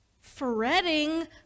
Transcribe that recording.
fretting